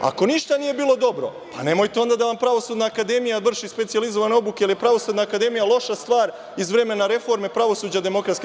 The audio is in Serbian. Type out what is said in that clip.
Ako ništa nije bilo dobro, pa nemojte onda da vam Pravosudna akademija vrši specijalizovane obuke, jer je Pravosudna akademija loša stvar iz vremena reforme pravosuđa DS.